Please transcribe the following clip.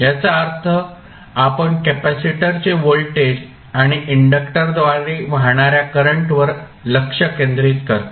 याचा अर्थ आपण कॅपेसिटरचे व्होल्टेज आणि इंडक्टरद्वारे वाहणाऱ्या करंटवर लक्ष केंद्रित करतो